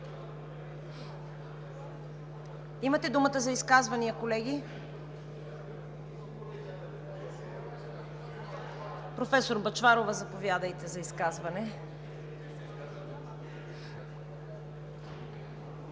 Имате думата за изказвания, колеги. Професор Бъчварова, заповядайте за изказване.